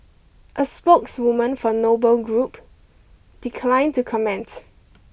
a spokeswoman for Noble Group declined to comment